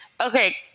Okay